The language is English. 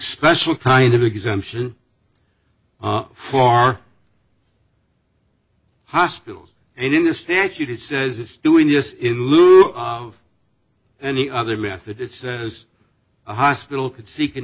special kind of exemption for hospitals and in the statute it says it's doing this in lieu of any other method it says a hospital could seek